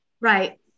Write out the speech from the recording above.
Right